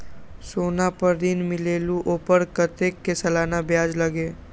सोना पर ऋण मिलेलु ओपर कतेक के सालाना ब्याज लगे?